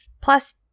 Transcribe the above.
plus